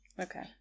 Okay